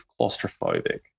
claustrophobic